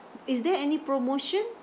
is there any promotion